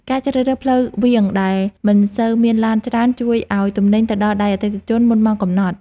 ការជ្រើសរើសផ្លូវវាងដែលមិនសូវមានឡានច្រើនជួយឱ្យទំនិញទៅដល់ដៃអតិថិជនមុនម៉ោងកំណត់។